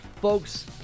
Folks